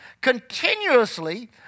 continuously